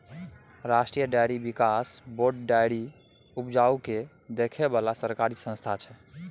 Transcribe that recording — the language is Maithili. राष्ट्रीय डेयरी बिकास बोर्ड डेयरी उपजा केँ देखै बला सरकारी संस्था छै